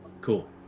Cool